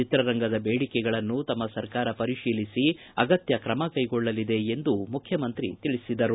ಚಿತ್ರರಂಗದ ಬೇಡಿಕೆಗಳನ್ನು ತಮ್ಮ ಸರ್ಕಾರ ಪರಿಶೀಲಿಸಿ ಅಗತ್ವಕ್ರಮ ಕೈಗೊಳ್ಳಲಿದೆ ಎಂದು ಮುಖ್ಯಮಂತ್ರಿ ತಿಳಿಸಿದರು